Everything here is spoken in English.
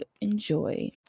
enjoy